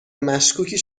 مشکوکی